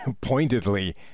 pointedly